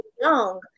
young